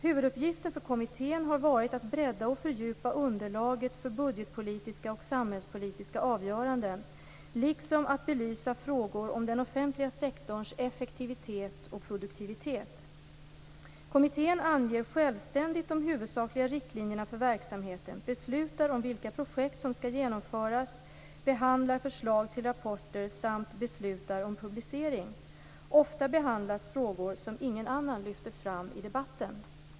Huvuduppgiften för kommittén har varit att bredda och fördjupa underlaget för budgetpolitiska och samhällspolitiska avgöranden liksom att belysa frågor om den offentliga sektorns effektivitet och produktivitet. Kommittén anger självständigt de huvudsakliga riktlinjerna för verksamheten, beslutar om vilka projekt som skall genomföras, behandlar förslag till rapporter samt beslutar om publicering. Ofta behandlas frågor som ingen annan lyfter fram i debatten.